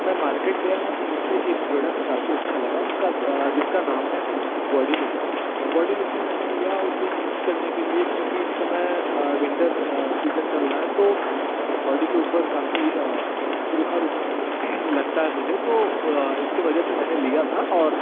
मैं मार्केट गया न तो मुझे एक प्रोडक्ट काफ़ी अच्छा लगा उसका ज जिसका नाम है बॉडी लोसन बॉडी लोसन मैंने लिया उसे यूज़ करने के लिए क्योंकि इस समय विंटर सीजन चल रहा है तो बॉडी के ऊपर काफ़ी रुखा रुखा सा लगता है मुझे तो इसके वजह से मैंने लिया था और